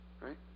Right